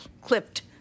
clipped